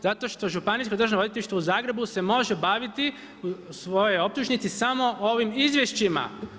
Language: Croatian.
Zato što Županijsko državno odvjetništvo u Zagrebu se može baviti u svojoj optužnici samo ovim izvješćima.